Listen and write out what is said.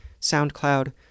SoundCloud